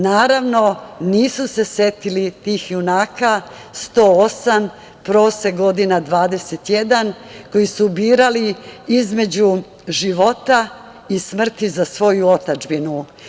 Naravno, nisu se setili tih junaka, 108, prosek godina 21 koji su birali između života i smrti za svoju otadžbinu.